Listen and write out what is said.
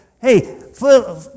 hey